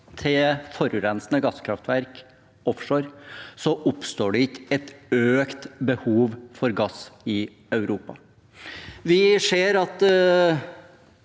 til forurensende gasskraftverk offshore, oppstår det ikke et økt behov for gass i Europa. Vi ser at